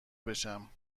بشم